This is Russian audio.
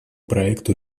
проекту